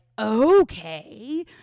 okay